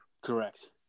Correct